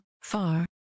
far